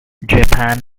japan